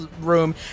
room